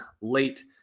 late